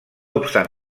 obstant